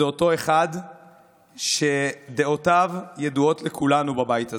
זה אותו אחד שדעותיו ידועות לכולנו בבית הזה.